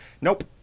nope